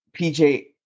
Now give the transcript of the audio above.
PJ